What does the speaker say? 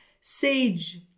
Sage